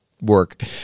work